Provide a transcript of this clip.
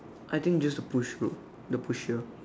I think just push group the pusher